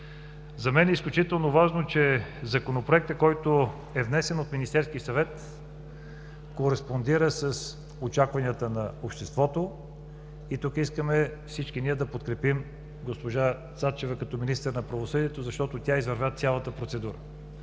За мен е изключително важно, че Законопроектът, внесен от Министерския съвет, кореспондира с очакванията на обществото. Всички ние тук искаме да подкрепим госпожа Цачева като министър на правосъдието, защото тя извървя цялата процедура